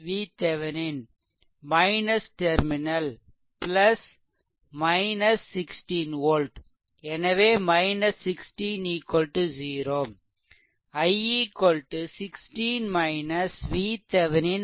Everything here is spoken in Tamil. VThevenin டெர்மினல் 16 volt எனவே 16 0 i 16 VThevenin 2